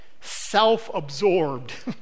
Self-absorbed